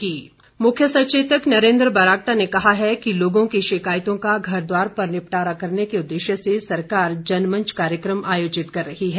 नरेन्द्र बरागटा मुख्य सचेतक नरेन्द्र बरागटा ने कहा है कि लोगों की शिकायतों का घर द्वार पर निपटारा करने के उद्देश्य से सरकार जनमंच कार्यक्रम आयोजित कर रही है